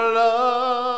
love